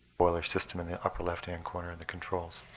boiler system in the upper left hand corner of the controls.